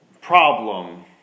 problem